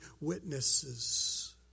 witnesses